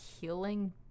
healing